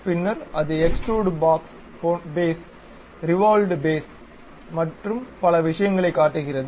பின்னர் அது extrude boss base revolved base மற்றும் பல விஷயங்களைக் காட்டுகிறது